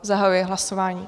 Zahajuji hlasování.